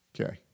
Okay